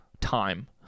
time